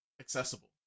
accessible